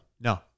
No